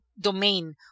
domain